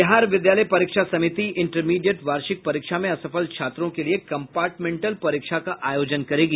बिहार विद्यालय परीक्षा समिति इंटरमीडिएट वार्षिक परीक्षा में असफल छात्रों के लिये कंपार्टमेंटल परीक्षा का आयोजन करेगी